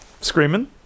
screaming